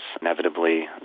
Inevitably